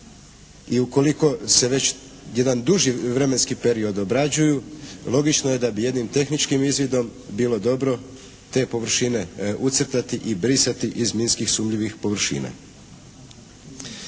i ukoliko se već jedan duži vremenski period obrađuju logično je da bi jednim tehničkim izvidom bilo dobro te površine ucrtati i brisati iz minskih sumnjivih površina.